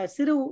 Siru